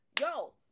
yo